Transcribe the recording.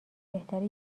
بهتره